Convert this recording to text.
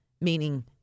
meaning